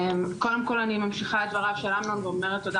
קודם כל אני ממשיכה את דבריו של אמנון ואומרת תודה